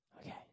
Okay